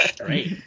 Right